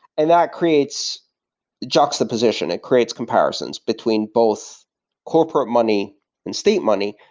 and that creates juxtaposition. it creates comparisons between both corporate money and state money,